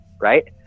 right